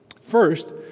First